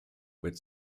with